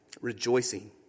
rejoicing